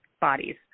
bodies